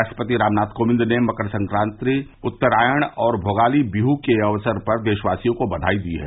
राष्ट्रपति रामनाथ कोविंद ने मकर संक्रांति उत्तरायण और भोगाली बिहू के अक्सर पर देशवासियों को बघाई दी है